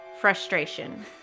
frustration